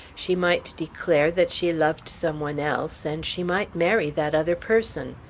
she might declare that she loved some one else and she might marry that other person.